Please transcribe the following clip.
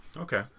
Okay